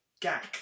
Gak